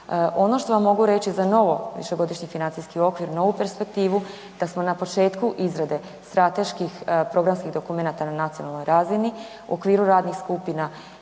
Ono što vam mogu reći za novo višegodišnji financijski okvir, novu perspektivu, da smo na početku izrade strateških programskih dokumenata na nacionalnoj razini u okviru radnih skupina